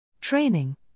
Training